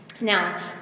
Now